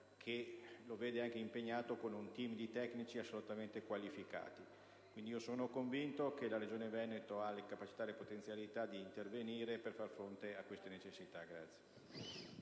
che lo vede operare con un *team* di tecnici assolutamente qualificati. Sono quindi convinto che la Regione Veneto abbia la capacità e le potenzialità di intervenire per far fronte a queste necessità.